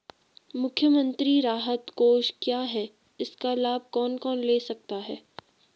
मुख्यमंत्री राहत कोष क्या है इसका लाभ कौन कौन ले सकता है?